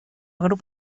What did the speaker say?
grup